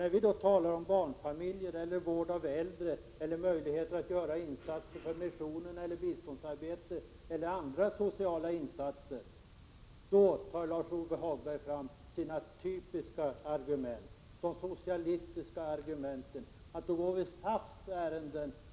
När vi talar om barnfamiljer eller vård av äldre eller möjlighet att göra insatser för missionen, i biståndsarbete eller andra sociala insatser, då tar Lars-Ove Hagberg fram sina typiska argument, de socialistiska argumenten.